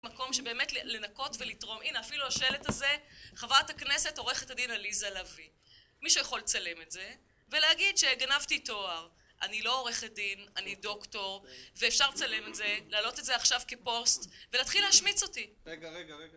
מקום שבאמת לנקות ולתרום. הנה אפילו השלט הזה, חברת הכנסת עורכת הדין עליזה לוי. מישהו יכול לצלם את זה, ולהגיד שגנבתי תואר, אני לא עורכת דין, אני דוקטור, ואפשר לצלם את זה, להעלות את זה עכשיו כפוסט ולהתחיל להשמיץ אותי. רגע, רגע, רגע.